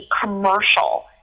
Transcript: commercial